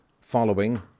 following